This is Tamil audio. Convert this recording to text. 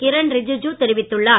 கிரண் ரிஜிஜு தெரிவித்துள்ளார்